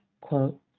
quote